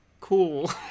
cool